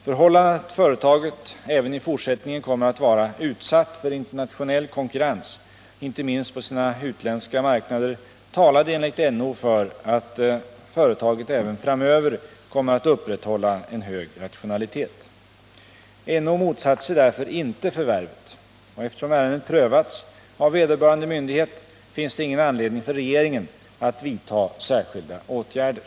Förhållandet att företaget även i fortsättningen kommer att vara utsatt för internationell konkurrens, inte minst på sina utländska marknader, talade enligt NO för att företaget även framöver kommer att upprätthålla en hög rationalitet. NO motsatte sig därför inte förvärvet. Eftersom ärendet prövats av vederbörande myndighet finns det ingen anledning för regeringen att vidta särskilda åtgärder.